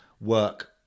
work